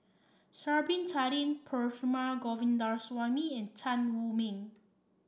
Sha'ari Bin Tadin Perumal Govindaswamy and Tan Wu Meng